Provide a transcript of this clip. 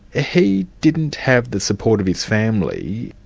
ah he didn't have the support of his family